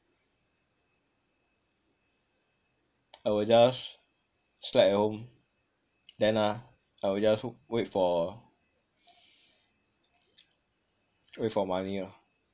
I will just slack at home then ah I'll just wait for wait for money lor